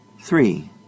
three